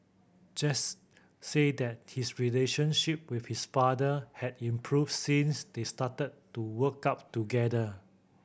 Jesse said that his relationship with his father had improved since they started to work out together